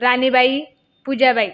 Ranibai Pujabai